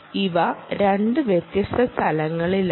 ഇവ 2 വ്യത്യസ്ത സ്ഥലങ്ങളിലാണ്